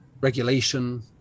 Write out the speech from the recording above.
regulation